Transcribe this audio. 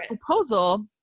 proposal